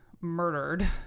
murdered